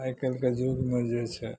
आइकाल्हिके युगमे जे छै